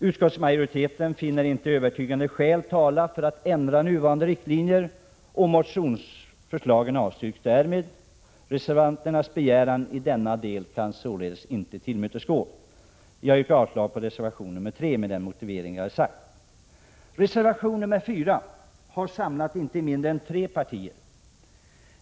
Utskottsmajoriteten finner inte övertygande skäl tala för att ändra nuvarande riktlinjer för NRL. Motionsförslagen avstyrks därmed. Reservanternas begäran i denna del kan således icke tillmötesgås. Jag yrkar avslag på reservation 3 med denna motivering. Reservation 4 har samlat inte mindre än tre partier.